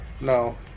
No